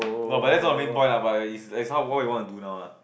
but but that's no the main point lah but is is now what you want to do now lah